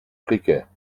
précaires